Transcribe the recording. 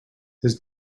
his